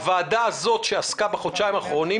הוועדה הזאת שעסקה בנושא בחודשיים האחרונים,